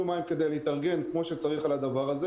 יומיים להתארגן כמו שצריך על הדבר הזה,